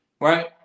Right